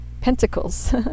pentacles